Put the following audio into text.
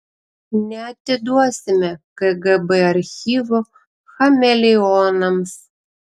neatiduosime kgb archyvų chameleonams